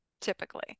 typically